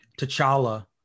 T'Challa